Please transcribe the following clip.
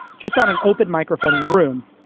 just on an open microphone in a room.